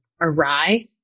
awry